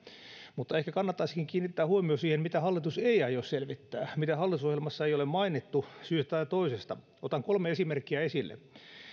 mutta ehkä kannattaisikin kiinnittää huomio siihen mitä hallitus ei aio selvittää mitä hallitusohjelmassa ei ole mainittu syystä tai toisesta otan kolme esimerkkiä esille